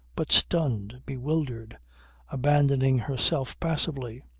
but stunned, bewildered abandoning herself passively.